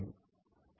बरोबर